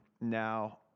now